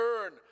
earn